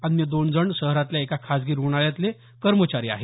अन्य दोन जण शहरातल्या एका खासगी रुग्णालयातले कर्मचारी आहेत